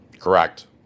Correct